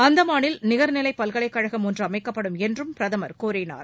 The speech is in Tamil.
அந்தமானில் நிகர்நிலை பல்கலைக்கழகம் ஒன்று அமைக்கப்படும் என்றும் பிரதமர் கூறினார்